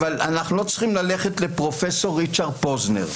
אבל אנחנו לא צריכים ללכת לפרופ' ריצ'רד פוזנר.